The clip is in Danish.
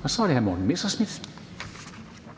Kl. 13:16 Formanden (Henrik